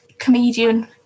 comedian